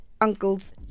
uncles